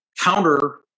counter